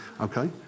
Okay